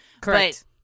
Correct